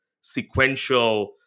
sequential